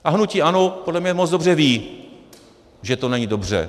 A hnutí ANO podle mě moc dobře ví, že to není dobře.